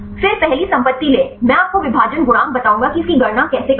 फिर पहली संपत्ति लें मैं आपको विभाजन गुणांक बताऊंगा कि इसकी गणना कैसे करें